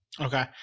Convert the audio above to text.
okay